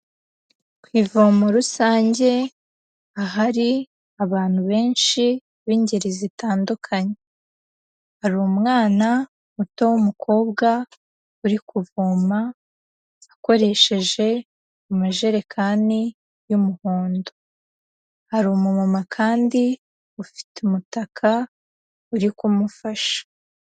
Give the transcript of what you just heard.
Ku ivomo rusange ahari abantu benshi b'ingeri zitandukanye, hari umwana muto w'umukobwa uri kuvoma akoresheje amajerekani y'umuhondo, hari umumama kandi ufite umutaka, uri kumufasha.